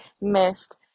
missed